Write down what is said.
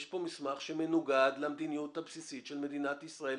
יש פה מסמך שמנוגד למדיניות הבסיסית של מדינת ישראל,